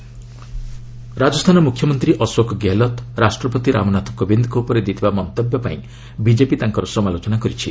Congress BJP Rajasthan ମୁଖ୍ୟମନ୍ତ୍ରୀ ଅଶୋକ ଗେହେଲତ୍ ରାଷ୍ଟ୍ରପତି ରାମନାଥ କୋବିନ୍ଦଙ୍କ ଉପରେ ଦେଇଥିବା ମନ୍ତବ୍ୟ ପାଇଁ ବିଜେପି ତାଙ୍କର ସମାଲୋଚନା କରିଛି